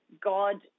God